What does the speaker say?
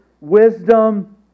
wisdom